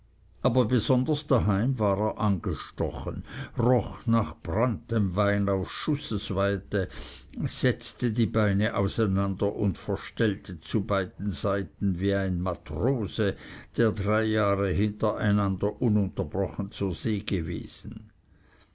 aber besonders daheim war er angestochen roch nach branntenwein auf schussesweite setzte die beine auseinander und verstellte zu beiden seiten wie ein matrose der drei jahre hintereinander ununterbrochen zur see gewesen